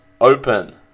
open